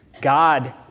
God